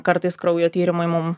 kartais kraujo tyrimai mum